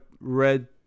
red